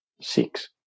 six